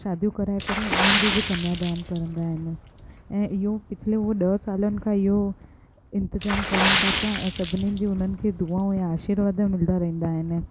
शादियूं कराए करे उन्हनि जो बि कन्यादान करंदा आहिनि ऐं इहो पिछिले उहा ॾह सालनि खां इहो इंतिज़ाम करनि था पिया ऐं सभिनीनि जी उन्हनि खे दुआऊं ऐं आशिर्वाद मिलंदा रहींदा आहिनि